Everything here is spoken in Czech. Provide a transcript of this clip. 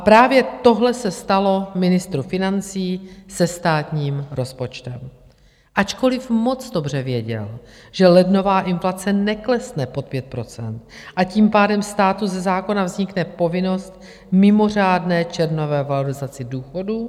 Právě tohle se stalo ministru financí se státním rozpočtem, ačkoliv moc dobře věděl, že lednová inflace neklesne pod 5 %, tím pádem státu ze zákona vznikne povinnost mimořádné červnové valorizace důchodů.